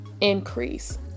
increase